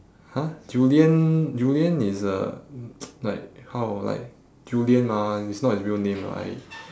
!huh! julian julian is a like how like julian mah it's not his real name right